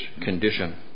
condition